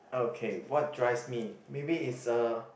okay what drives me maybe it's uh